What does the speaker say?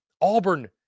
Auburn